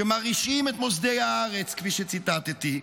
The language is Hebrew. שמרעישים את מוסדי הארץ, כפי שציטטתי,